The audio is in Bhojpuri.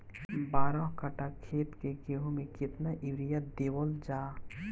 बारह कट्ठा खेत के गेहूं में केतना यूरिया देवल जा?